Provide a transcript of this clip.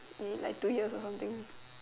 eh like two years or something